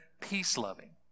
peace-loving